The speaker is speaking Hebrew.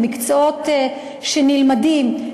למקצועות שנלמדים,